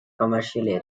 commercial